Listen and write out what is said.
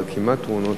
אבל כמעט-תאונות,